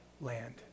land